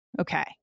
Okay